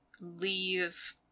leave